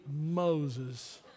Moses